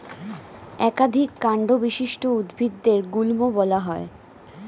একাধিক কান্ড বিশিষ্ট উদ্ভিদদের গুল্ম বলা হয়